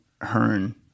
Hearn